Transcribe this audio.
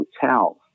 hotels